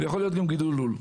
ויכול להיות גם גידול לול.